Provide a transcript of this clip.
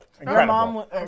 Incredible